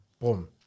Boom